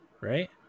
right